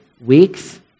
weeks